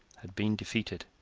had been defeated,